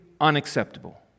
unacceptable